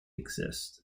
exist